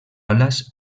alas